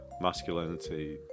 masculinity